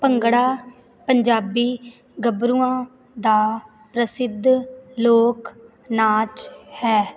ਭੰਗੜਾ ਪੰਜਾਬੀ ਗੱਭਰੂਆਂ ਦਾ ਪ੍ਰਸਿੱਧ ਲੋਕ ਨਾਚ ਹੈ